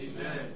Amen